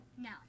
No